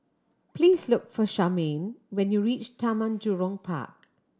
please look for Charmaine when you reach Taman Jurong Park